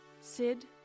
Sid